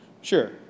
Sure